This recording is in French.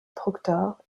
proctor